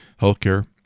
healthcare